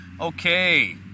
Okay